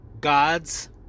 God's